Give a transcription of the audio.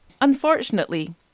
Unfortunately